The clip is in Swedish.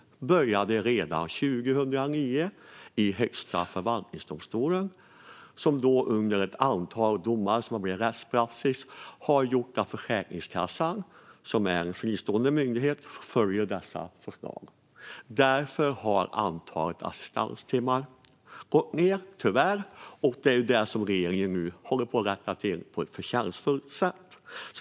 Det började redan 2009 i Högsta förvaltningsdomstolen, i ett antal domar som blivit rättspraxis och som Försäkringskassan, som är en fristående myndighet, följer. Därför har antalet assistanstimmar tyvärr gått ned, och det är det som regeringen nu håller på att rätta till på ett förtjänstfullt sätt.